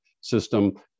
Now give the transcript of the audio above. system